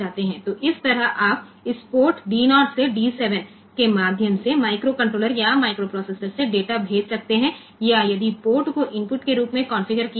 तो इस तरह आप इस पोर्ट डी0 से डी 7 के माध्यम से माइक्रोकंट्रोलर या माइक्रोप्रोसेसर से डेटा भेज सकते हैं या यदि पोर्ट को इनपुट के रूप में कॉन्फ़िगर किया गया है